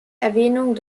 erwähnung